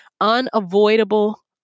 unavoidable